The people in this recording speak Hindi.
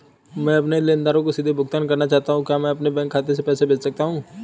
मैं अपने लेनदारों को सीधे भुगतान करना चाहता हूँ क्या मैं अपने बैंक खाते में पैसा भेज सकता हूँ?